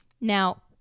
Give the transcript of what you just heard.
Now